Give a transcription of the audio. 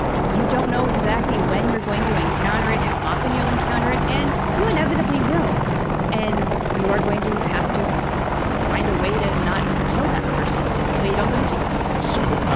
you don't know exactly when you're going to encounter it, how often you'll encounter it, and you inevitably will and you are going to have to find a way to not kill that person so you don't go to jail. so,